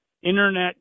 internet